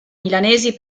milanesi